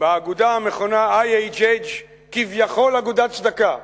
באגודה המכונה IHH, כביכול אגודת צדקה,